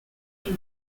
from